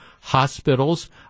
hospitals